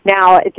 Now